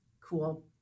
cool